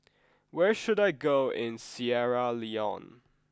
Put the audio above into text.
where should I go in Sierra Leone